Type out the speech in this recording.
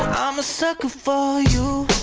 i'm a sucker for you